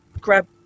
grab